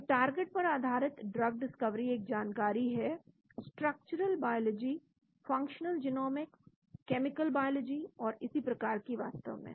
तो टारगेट पर आधारित ड्रग डिस्कवरी एक जानकारी है structural biology functional genomics chemical biology और इसी प्रकार की वास्तव में